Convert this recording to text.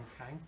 Okay